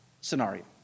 scenario